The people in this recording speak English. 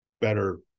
better